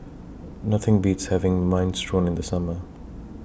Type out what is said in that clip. Nothing Beats having Minestrone in The Summer